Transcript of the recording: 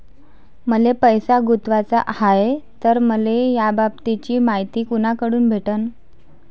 मले पैसा गुंतवाचा हाय तर मले याबाबतीची मायती कुनाकडून भेटन?